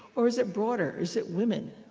or is it broader? is it women?